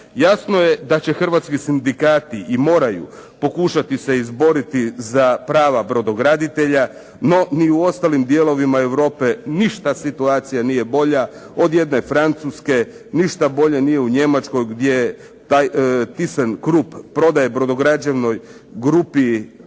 Jasno je da će hrvatski sindikati i moraju pokušati se izboriti za prava brodograditelja. No, ni u ostalim dijelovima Europe ništa situacija nije bolja od jedne Francuske, ništa bolje nije u Njemačkoj gdje taj "Thyssen krupp" prodaje brodograđevnoj grupi